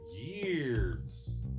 years